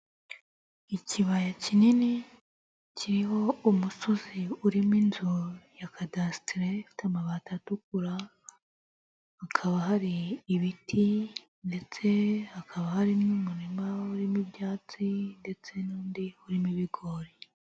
Ikibaya kinini kiriho umusozi urimo inzu ya kadasitere ifite amabati atukura, hakaba hari ibiti ndetse hakaba hari n'umurima urimo ibyatsi ndetse n'undi urimo ibigori.